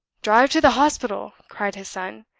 drive to the hospital! cried his son.